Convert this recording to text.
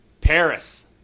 Paris